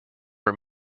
for